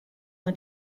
war